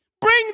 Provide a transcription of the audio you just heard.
Bring